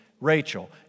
Rachel